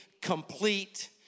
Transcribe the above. complete